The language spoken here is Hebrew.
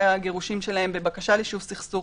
הגירושין שלהם בבקשה ליישוב סכסוך,